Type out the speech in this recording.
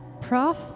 Prof